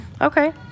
Okay